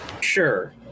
sure